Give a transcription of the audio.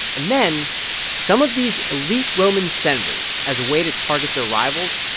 and then some of these elite roman senators, as a way to target their rivals,